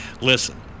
Listen